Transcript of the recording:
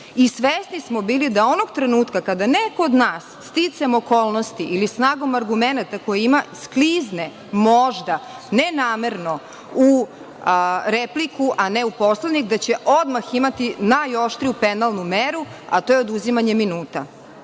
Svesni smo bili da onog trenutka kada neko od nas, sticajem okolnosti, ili snagom argumenata koje ima, sklizne možda, ne namerno u repliku, a ne Poslovnik, da će odmah imati najoštriju penalnu meru, a to je oduzimanje minuta. Molim